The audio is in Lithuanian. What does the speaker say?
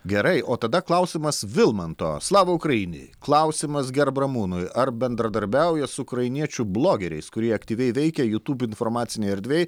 gerai o tada klausimas vilmanto slava ukraini klausimas gerbiamam ramūnui ar bendradarbiauja su ukrainiečių blogeriais kurie aktyviai veikia jūtūb informacinėj erdvėj